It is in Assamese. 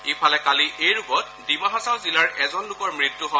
ইফালে কালি এই ৰোগত ডিমা হাছাও জিলাৰ এজন লোকৰ মৃত্যু হয়